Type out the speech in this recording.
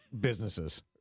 businesses